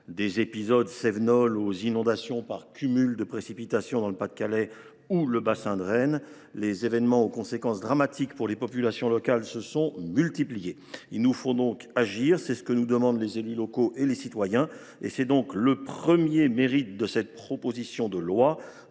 Des épisodes cévenols aux inondations par cumul de précipitations dans le Pas de Calais ou le bassin de Rennes, les événements aux conséquences dramatiques pour les populations locales se sont multipliés. Il nous faut donc agir. C’est ce que nous demandent les élus locaux et les citoyens. Le premier mérite de cette proposition de loi